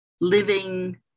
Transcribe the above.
living